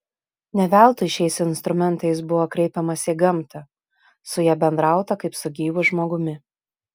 ne veltui šiais instrumentais buvo kreipiamasi į gamtą su ja bendrauta kaip su gyvu žmogumi